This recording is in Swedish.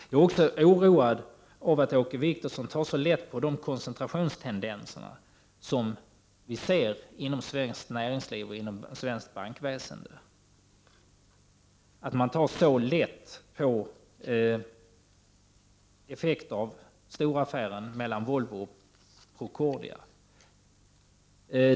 Jag är också oroad av att Åke Wictorsson tar så lätt på de koncentrationstendenser som vi ser inom svenskt näringsliv och inom svenskt bankväsende och på effekterna av storaffären mellan Volvo och Procordia.